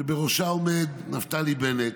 שבראשה עומד נפתלי בנט,